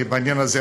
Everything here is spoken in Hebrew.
בעניין הזה.